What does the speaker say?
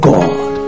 God